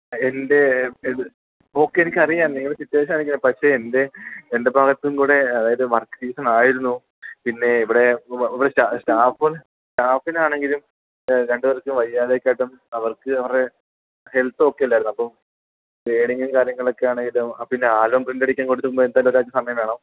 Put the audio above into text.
എൻ്റെ ഏത് ഓക്കെ എനിക്കറിയാം നിങ്ങളുടെ സിറ്റേഷ്വൻ അറിയാം പക്ഷേ എൻ്റെ എൻ്റെ ഭാഗത്തും കൂടെ അതായത് വർക്ക് സീസൺ ആയിരുന്നു പിന്നെ ഇവിടെ സ്റ്റാഫ്ഫുകൾ സ്റ്റാഫ്ഫിന് ആണെങ്കിലും രണ്ടുപേർക്ക് ഒട്ടും വയ്യാതെയൊക്കെ ആയിട്ടും അവർക്ക് അവരുടെ ഹെൽത്ത് ഓക്കെ ആല്ലായിരുന്നു അപ്പം സ്ക്രീനിങ്ങും കാര്യങ്ങളും ഒക്കെ ആണെങ്കിലും പിന്നെ ആൽബം പ്രിൻ്റ് അടിക്കാൻ കൊടുക്കുമ്പോൾ എന്തായാലും ഒരാഴ്ച സമയം വേണം